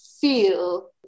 feel